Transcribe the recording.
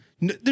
No